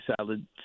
salad